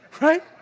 Right